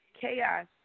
chaos